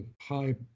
high